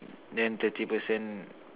then thirty percent